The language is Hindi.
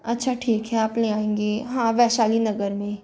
अच्छा ठीक है आप ले आयेंगे हाँ वैशाली नगर में